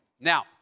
Now